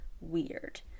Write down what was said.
weird